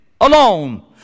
alone